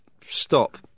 Stop